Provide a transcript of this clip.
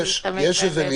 יתרה מזאת,